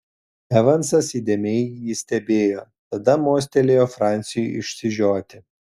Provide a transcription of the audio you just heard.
evansas įdėmiai jį stebėjo tada mostelėjo franciui išsižioti